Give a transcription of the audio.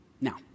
Now